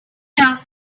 down